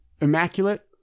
Immaculate